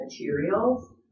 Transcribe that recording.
materials